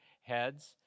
heads